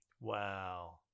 Wow